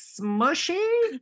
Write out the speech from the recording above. smushy